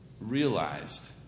realized